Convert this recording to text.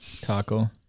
Taco